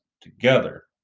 together